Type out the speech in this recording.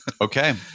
Okay